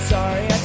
Sorry